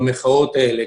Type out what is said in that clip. במחאות האלה,